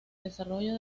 desarrollo